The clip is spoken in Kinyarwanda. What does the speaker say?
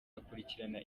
akurikirana